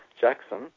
Jackson